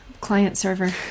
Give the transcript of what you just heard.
client-server